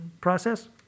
process